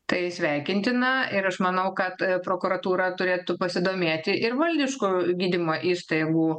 tai sveikintina ir aš manau kad prokuratūra turėtų pasidomėti ir valdiškų gydymo įstaigų